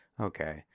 Okay